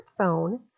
smartphone